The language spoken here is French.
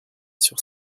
sur